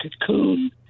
cocoon